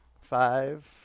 five